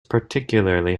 particularly